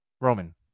roman